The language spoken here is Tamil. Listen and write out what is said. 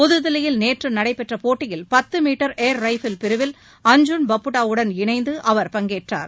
புதுதில்லியில் நேற்று நடைபெற்ற போட்டியில் பத்து மீட்டர் ஏர்ரைஃபில் பிரிவில் அர்ஜுன் பபுட்டாவுடன் இணைந்து அவர் பங்கேற்றார்